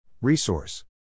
Resource